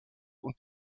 und